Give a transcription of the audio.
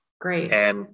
Great